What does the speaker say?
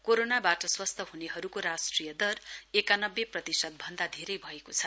कोरोनाबाट स्वास्थ हुनेहरुको राष्ट्रिय दर एकानब्बे प्रतिशतभन्दा धेरै भएको छ